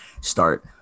start